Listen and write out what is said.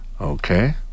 Okay